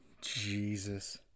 Jesus